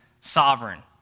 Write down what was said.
sovereign